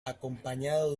acompañado